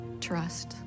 trust